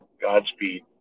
Godspeed